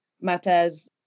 matters